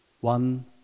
One